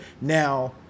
Now